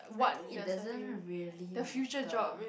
I think it doesn't really matter